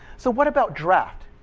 so what about draft?